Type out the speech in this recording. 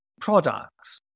products